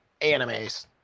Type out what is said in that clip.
animes